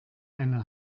eine